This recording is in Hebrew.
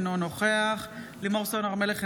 אינו נוכח לימור סון הר מלך,